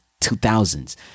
2000s